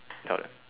tell them